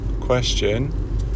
question